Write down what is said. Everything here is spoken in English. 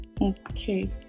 okay